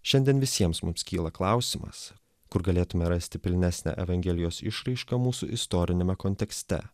šiandien visiems mums kyla klausimas kur galėtume rasti pilnesnę evangelijos išraišką mūsų istoriniame kontekste